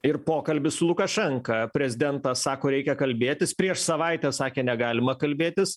ir pokalbis su lukašenka prezidentas sako reikia kalbėtis prieš savaitę sakė negalima kalbėtis